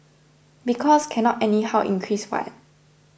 because cannot anyhow increase what